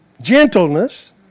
gentleness